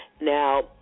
Now